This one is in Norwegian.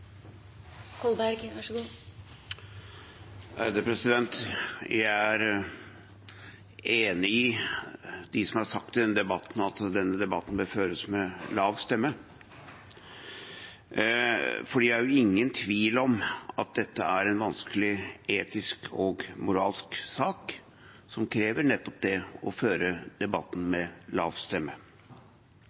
Jeg er enig med dem som har sagt i denne debatten at den bør føres med lav stemme, for det er ingen tvil om at dette er en vanskelig etisk og moralsk sak, som krever nettopp det å føre debatten med lav stemme.